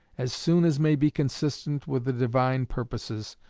as soon as may be consistent with the divine purposes,